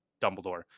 Dumbledore